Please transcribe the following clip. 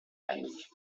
panique